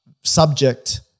subject